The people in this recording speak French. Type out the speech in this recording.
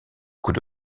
coup